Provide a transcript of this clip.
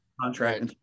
contract